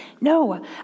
No